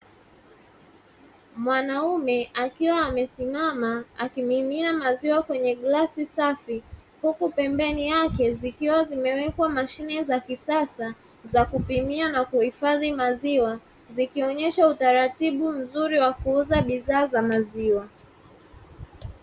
Mwanaume akiwa amesimama akimimina maziwa kwenye glasi safi, huku pembeni yake zikiwa zimewekwa mashine za kisasa za kupimia na kuhifadhi maziwa, zikionyesha utaratibu mzuri wa kuuza bidhaa za maziwa.